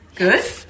Good